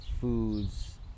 Foods